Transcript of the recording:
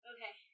Okay